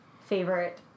favorite